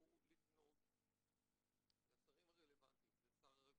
הוא לפנות לשרים הרלוונטיים, זה שר הרווחה,